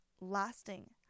lasting